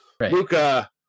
Luca